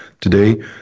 today